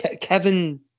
Kevin